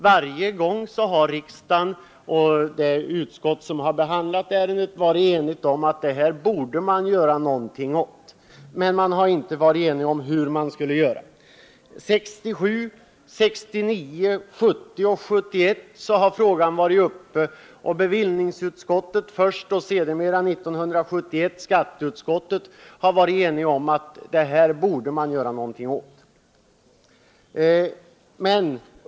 Varje gång har man i riksdagen och i det utskott som behandlat frågan varit enig om att det här borde man göra någonting åt, men man har inte varit enig om hur det skulle göras. 1967, 1969, 1970 och 1971 har frågan varit uppe, och först bevillningsutskottet och sedan skatteutskottet har varit eniga om att man borde göra någonting åt saken.